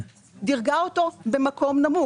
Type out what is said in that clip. דירגה אותו במקום נמוך.